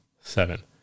seven